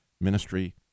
ministry